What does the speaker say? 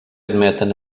admeten